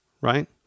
right